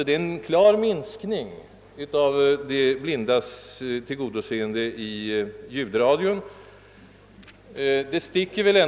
Detta är en klar minskning i tillgodoseendet av de blindas behov.